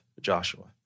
Joshua